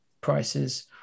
prices